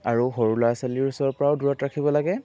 আৰু সৰু ল'ৰা ছোৱালীৰ ওচৰৰপৰাও দূৰত ৰাখিব লাগে